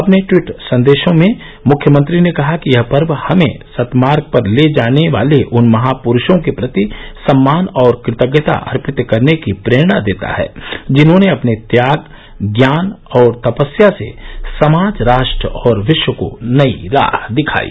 अपने टवीट संदेशों में मुख्यमंत्री ने कहा कि यह पर्व हमें सत्मार्ग पर ले जाने वाले उन महापुरूषों के प्रति सम्मान और कृतज्ञता अर्पित करने की प्रेरणा देता है जिन्होने अपने ज्ञान त्याग और तपस्या से समाज राष्ट्र और विश्व को नई राह दिखायी